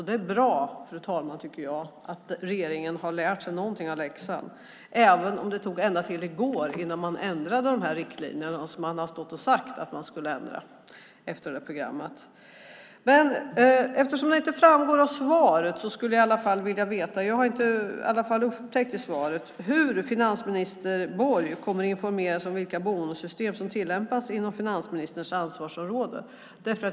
Det är bra att regeringen har lärt sig någonting av läxan, fru talman, även om det dröjde ända till i går innan man ändrade riktlinjerna, som man har stått och sagt att man skulle ändra efter programmet. Det framgår inte av svaret - jag har i alla fall inte upptäckt det - hur finansminister Borg kommer att informeras om vilka bonussystem som tillämpas inom finansministerns ansvarsområde.